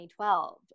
2012